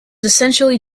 essentially